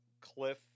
Cliff